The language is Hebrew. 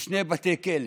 ושני בתי כלא.